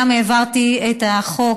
גם העברתי את החוק,